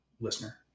listener